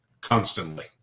constantly